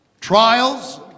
Trials